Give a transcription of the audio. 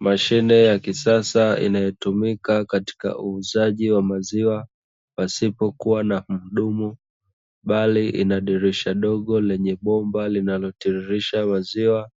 Mashine ya kisasa inayotumika katika uuzaji wa maziwa pasipokua na muhudumu, bali inadirisha dogo lenye bomba linalotiririsha maziwa